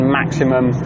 maximum